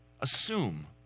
assume